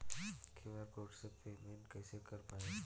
QR code से payment कईसे कर पाएम?